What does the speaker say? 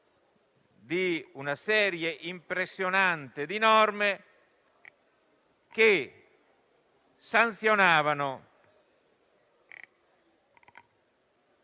di una serie impressionante di norme che sanzionavano,